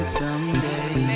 someday